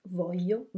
voglio